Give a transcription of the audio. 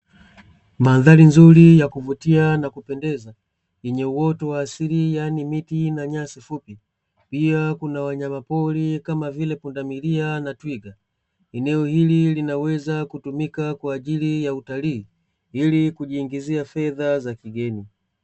Mandhari nzuri ya kuvutia na kupendeza, yenye uoto wa asili yani miti na nyasi fupi. Pia kuna wanyama pori kama vile pundamilia na twiga. Eneo hili linaweza kutumika kwaajili ya utalii, ili kujiingizia fedha za kigeni.